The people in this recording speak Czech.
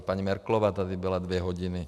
I paní Merkelová tady byla dvě hodiny.